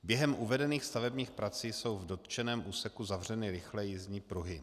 Během uvedených stavebních prací jsou v dotčeném úseku zavřeny rychlé jízdní pruhy.